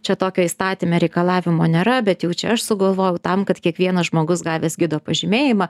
čia tokio įstatyme reikalavimo nėra bet jau čia aš sugalvojau tam kad kiekvienas žmogus gavęs gido pažymėjimą